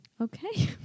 Okay